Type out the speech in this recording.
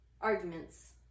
arguments